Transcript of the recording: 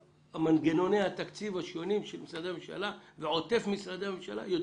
מנגנוני התקציב השונים של משרדי הממשלה ועוטף משרדי הממשלה,